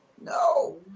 no